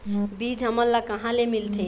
बीज हमन ला कहां ले मिलथे?